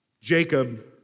Jacob